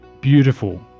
Beautiful